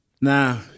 Now